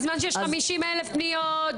בזמן שיש חמישים אלף פניות,